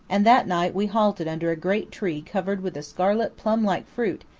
and that night we halted under a great tree covered with a scarlet plum-like fruit,